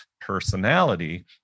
personality